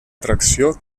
atracció